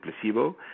placebo